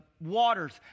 waters